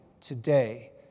today